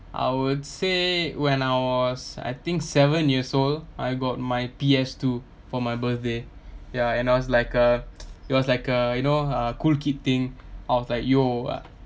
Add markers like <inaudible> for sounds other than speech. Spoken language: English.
I would say when I was I think seven years old I got my P_S two for my birthday ya and I was like a <noise> it was like a you know a cool kid thing I was like yo ah